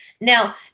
Now